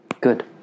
Good